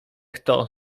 kto